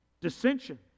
dissension